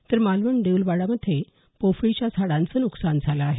तर मालवण देऊलवाडामध्ये पोफळीच्या झाडांचं नुकसान झालं आहे